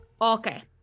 Okay